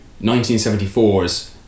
1974's